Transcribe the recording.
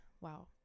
wow